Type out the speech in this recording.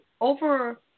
over